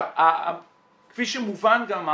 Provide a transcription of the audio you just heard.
כפי שמובן גם,